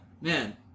man